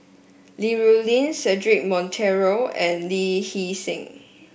Li Rulin Cedric Monteiro and Lee Hee Seng